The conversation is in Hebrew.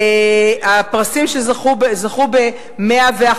הפרסים שזכו, 111,